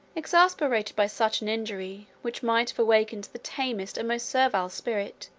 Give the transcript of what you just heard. exasperated by such an injury, which might have awakened the tamest and most servile spirit,